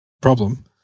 problem